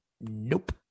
Nope